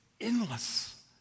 endless